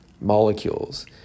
molecules